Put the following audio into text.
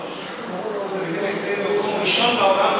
עד 1973 תלמידי ישראל במקום הראשון בעולם,